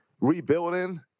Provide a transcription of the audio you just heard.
rebuilding